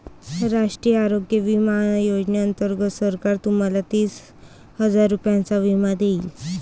राष्ट्रीय आरोग्य विमा योजनेअंतर्गत सरकार तुम्हाला तीस हजार रुपयांचा विमा देईल